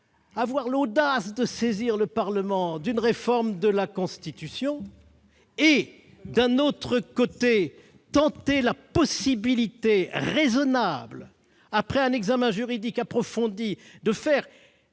avoir l'audace de saisir le Parlement d'une réforme de la Constitution et, de l'autre, tenter raisonnablement, après un examen juridique approfondi, de faire